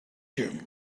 you